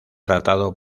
tratado